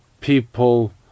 people